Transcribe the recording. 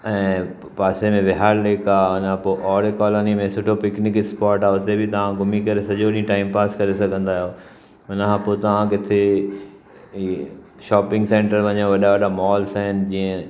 ऐं पासे में विहार लेक आहे हुनखां पोइ Aarey colony metro picnic spot आहे हुते बि तव्हां घुमी करे सॼो ॾींहुं टाइम पास करे सघंदा आहियो हुनखां पोइ तव्हां किते इहे शॉपिंग सेंटर वञे वॾा वॾा मॉल्स आहिनि जीअं